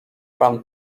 pan